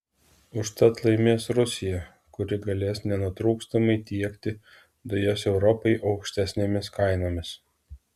užtat laimės rusija kuri galės nenutrūkstamai tiekti dujas europai aukštesnėmis kainomis